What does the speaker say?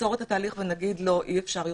נעצור את התהליך ונאמר: אי-אפשר יותר.